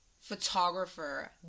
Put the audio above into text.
photographer